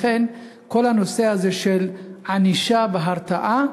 לכן כל הנושא הזה של ענישה והרתעה,